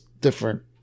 different